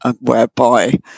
whereby